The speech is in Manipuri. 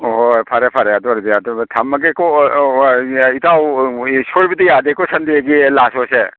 ꯑꯣ ꯍꯣꯏ ꯐꯔꯦ ꯐꯔꯦ ꯑꯗꯨ ꯑꯣꯏꯔꯗꯤ ꯑꯗꯨ ꯊꯝꯃꯒꯦꯀꯣ ꯏꯇꯥꯎ ꯁꯣꯏꯕꯗꯤ ꯌꯥꯗꯦꯀꯣ ꯁꯟꯗꯦꯒꯤ ꯂꯥꯁ ꯁꯣꯁꯦ